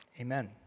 amen